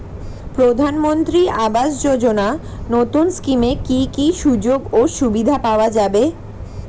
প্রধানমন্ত্রী আবাস যোজনা নতুন স্কিমে কি কি সুযোগ সুবিধা পাওয়া যাবে?